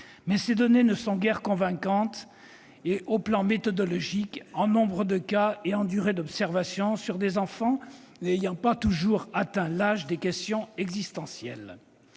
ces données ne sont guère convaincantes sur le plan méthodologique, en termes de nombre de cas et de durée d'observation d'enfants n'ayant pas toujours atteint l'âge des questions existentielles.